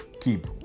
Keep